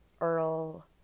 Earl